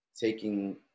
taking